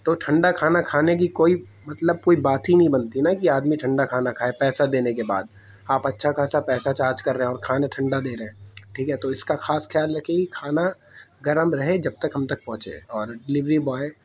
تو ٹھنڈا کھانا کھانے کی کوئی مطلب کوئی بات ہی نہیں بنتی نا کہ آدمی ٹھنڈا کھانا کھائے پیسہ دینے کے بعد آپ اچھا خاصا پیسہ چارج کر رہے ہیں اور کھانا ٹھنڈا دے رہے ہیں ٹھیک ہے تو اس کا خاص خیال رکھیے کہ کھانا گرم رہے جب تک ہم تک پہنچے اور ڈلیوری بوائے